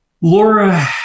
Laura